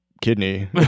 Kidney